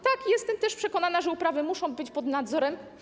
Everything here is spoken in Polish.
Tak, jestem też przekonana, że uprawy muszą być pod nadzorem.